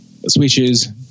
switches